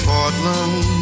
Portland